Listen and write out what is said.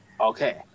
Okay